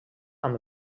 amb